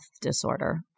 disorder